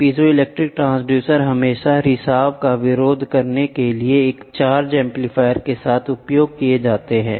piezo transducer हमेशा रिसाव का विरोध करने के लिए एक चार्ज एम्पलीफायर के साथ उपयोग किया जाता है